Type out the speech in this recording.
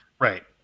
right